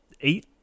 eight